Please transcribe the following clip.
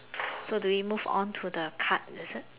so do we move on to the card is it